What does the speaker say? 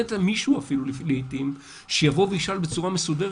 אין מישהו לעיתים שיבוא וישאל את זה בצורה מסודרת.